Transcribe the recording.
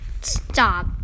Stop